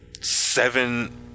seven